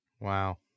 Wow